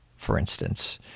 for instance.